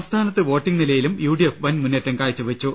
സംസ്ഥാനത്ത് വോട്ടിംഗ് നിലയിലും യു ഡി എഫ് വൻ മുന്നേറ്റം കാഴ്ച വെച്ചു